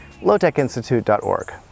lowtechinstitute.org